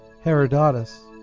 Herodotus